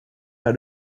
how